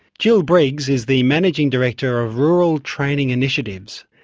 jill briggs is the managing director of rural training initiatives.